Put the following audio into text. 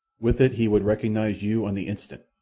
with it he would recognize you on the instant.